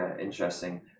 interesting